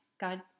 God